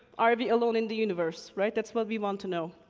are we alone in the universe? right, that's what we want to know.